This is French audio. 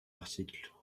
article